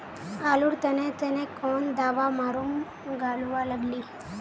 आलूर तने तने कौन दावा मारूम गालुवा लगली?